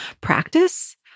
practice